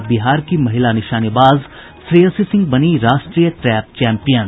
और बिहार की महिला निशानेबाज श्रेयसी सिंह बनी राष्ट्रीय ट्रैप चैम्पियन